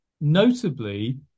notably